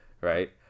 right